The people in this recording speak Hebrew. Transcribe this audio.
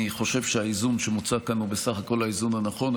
אני חושב שהאיזון שמוצג כאן הוא בסך הכול האיזון הנכון.